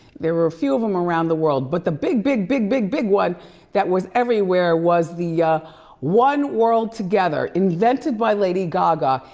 there were a few of them around the world. but the big, big, big, big, big one that was everywhere was the one world together, invented by lady gaga,